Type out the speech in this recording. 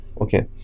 okay